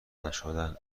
نشدن